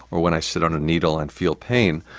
or when i sit on a needle and feel pain,